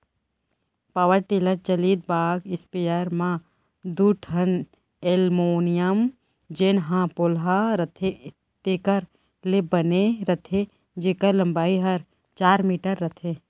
power tiller चलित बाग sprayer म दू ठन एलमोनियम जेन ह पोलहा रथे तेकर ले बने रथे जेकर लंबाई हर चार मीटर रथे